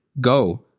go